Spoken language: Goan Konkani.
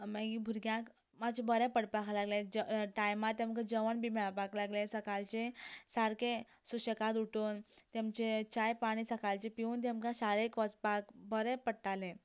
मागीर भुरग्यांक मातशें बरें पडपाक लागलें जे टायमार मागीर तेंकां जेवण बी मेळपाक लागलें सकाळचें सारकें सुशेगाद उठून तेंमचे जाय पाणी सकाळचें पिवन तेमकां शाळेंत वचपाक बरें पडटालें